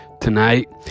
tonight